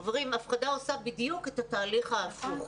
חברים, הפחדה עושה בדיוק את התהליך ההפוך.